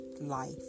life